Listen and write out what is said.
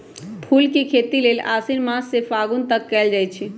फूल के खेती लेल आशिन मास से फागुन तक कएल जाइ छइ